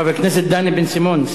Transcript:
חבר הכנסת דני בן-סימון,